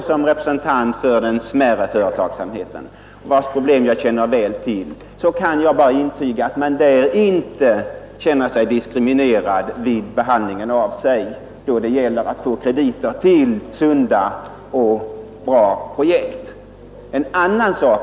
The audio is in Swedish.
Som representant för den smärre företagsamheten, vars problem jag känner väl till, kan jag bara intyga att man där inte känner sig diskriminerad då det gäller att få krediter till sunda och bra projekt.